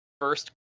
first